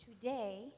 Today